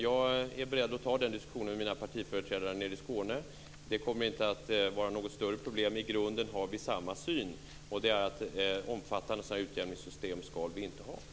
Jag är beredd att ta den diskussionen med mina partiföreträdare i Skåne. Det kommer inte att vara något större problem. I grunden har vi samma syn, och det är att man inte skall ha sådana här omfattande utjämningssystem.